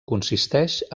consisteix